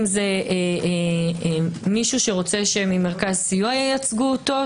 זה מישהו שרוצה שמרכז סיוע ייצגו אותו,